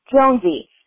Jonesy